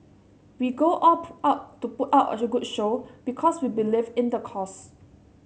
we go all out to put up a good show because we believe in the cause